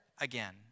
again